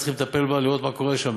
וצריכים לטפל בה ולראות מה קורה שם,